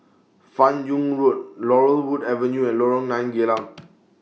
fan Yoong Road Laurel Wood Avenue and Lorong nine Geylang